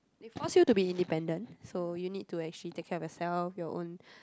they forced you to be independent so you need to actually take care of yourself your own